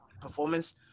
performance